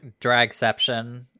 dragception